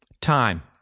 time